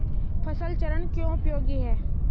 फसल चरण क्यों उपयोगी है?